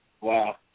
Wow